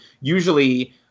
usually